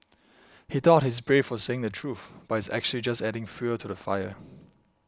he thought he's brave for saying the truth but is actually just adding fuel to the fire